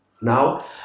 Now